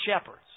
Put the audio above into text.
shepherds